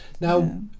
now